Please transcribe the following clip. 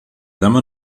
dame